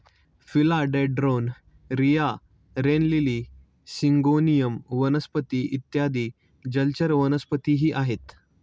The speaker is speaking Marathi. फिला डेन्ड्रोन, रिया, रेन लिली, सिंगोनियम वनस्पती इत्यादी जलचर वनस्पतीही आहेत